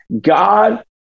God